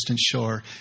shore